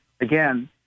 again